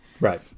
Right